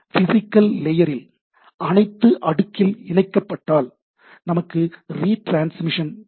எனவே பிசிகல் லேயரில் அனைத்தும் முதல் அடுக்கில் இணைக்கப்பட்டால் நமக்கு ரீ டிரான்ஸ்மிஷன் நேரிடும்